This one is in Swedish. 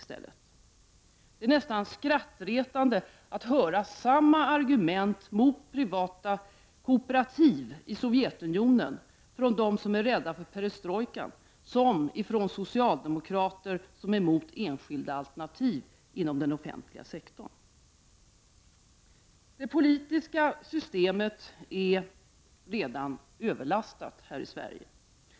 Det är nästan skrattretande att höra samma argument mot privata kooperativ i Sovjetunionen från dem som är rädda för perestrojkan som från socialdemokrater som är mot enskilda alternativ inom den offentliga sektorn. Det politiska systemet i Sverige är redan överlastat.